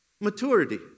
maturity